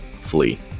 flee